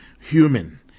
human